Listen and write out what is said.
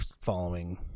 following